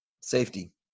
safety